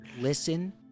Listen